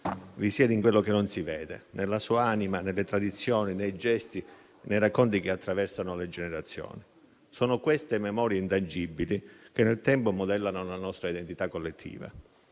risiede in quello che non si vede, nella sua anima, nelle tradizioni, nei gesti, nei racconti che attraversano le generazioni. Sono queste memorie intangibili che nel tempo modellano la nostra identità collettiva.